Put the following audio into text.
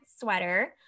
sweater